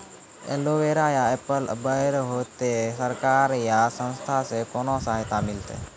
Aloe vera या apple बैर होते? सरकार या संस्था से कोनो सहायता मिलते?